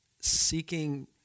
seeking